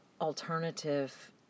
alternative